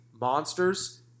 monsters